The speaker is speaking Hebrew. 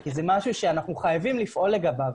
זה משהו שאנחנו חייבים לפעול לגביו.